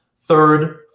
third